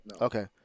Okay